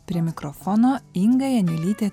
prie mikrofono inga janiulytė